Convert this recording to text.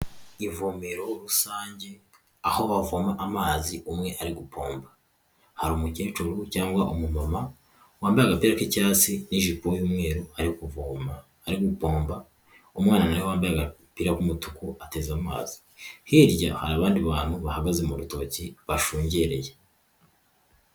Ivomero rusange, aho bavoma amazi umwe ari gupompa, hari umugecuru cyangwa umumama wambaye agapira k'icyatsi n'ijipo y'umweru ari kuvoma, ari gupompa umwana niwe wambaye agapira k'umutuku ateze amazi, hirya abandi bantu bahagaze mu rutoki bashungereye.